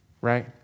Right